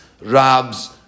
Rab's